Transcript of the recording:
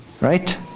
Right